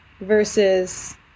versus